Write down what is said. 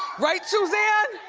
right, suzanne?